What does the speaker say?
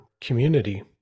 community